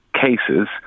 cases